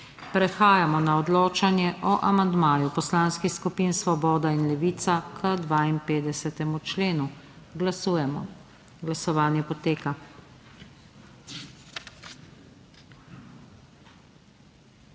Prehajamo na odločanje o amandmaju poslanskih skupin Svoboda in Levica k 38. členu. Glasujemo. Navzočih